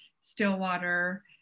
Stillwater